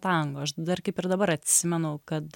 tango aš dar kaip ir dabar atsimenu kad